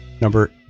number